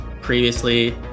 previously